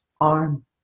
arm